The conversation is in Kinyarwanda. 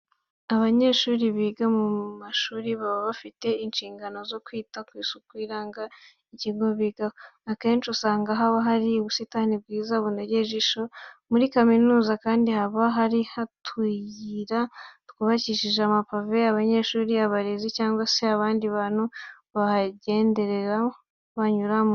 Abanyeshuri biga mu mashuri baba bafite inshingano zo kwita ku isuku iranga ikigo bigaho. Akenshi usanga haba hari ubusitani bwiza bunogeye ijisho. Muri kaminuza kandi haba hari utuyira twubakishije amapave abanyeshuri, abarezi cyangwa se abandi bantu bahagenderera, banyuramo.